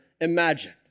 imagine